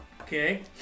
Okay